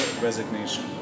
resignation